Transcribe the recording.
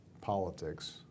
politics